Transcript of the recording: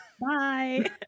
Bye